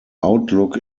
outlook